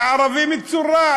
לערבי מצורע,